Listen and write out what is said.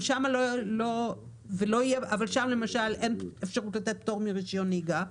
אבל שם, למשל, אין אפשרות לתת פטור מרישיון נהיגה.